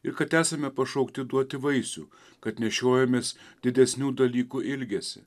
ir kad esame pašaukti duoti vaisių kad nešiojamės didesnių dalykų ilgesį